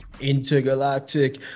Intergalactic